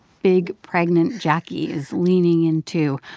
big, pregnant jacquie is leaning in, too,